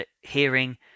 hearing